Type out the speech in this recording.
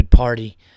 party